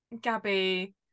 Gabby